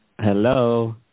Hello